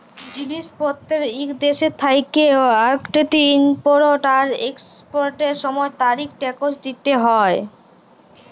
জিলিস পত্তের ইক দ্যাশ থ্যাকে আরেকটতে ইমপরট আর একসপরটের সময় তারিফ টেকস দ্যিতে হ্যয়